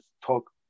talk